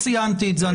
לא ציינתי את זה.